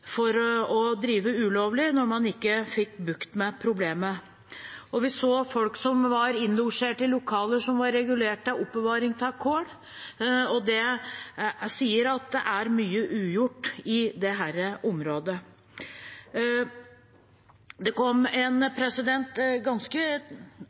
for å drive ulovlig når man ikke fikk bukt med problemet. Vi så folk som var innlosjerte i lokaler regulert for oppbevaring av kull, og det sier at mye er ugjort på dette området. En ganske viktig og tankevekkende rapport kom for ikke så lenge siden. En